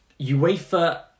UEFA